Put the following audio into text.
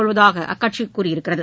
கொள்வதாக அக்கட்சி கூறியுள்ளது